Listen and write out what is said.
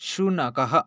शुनकः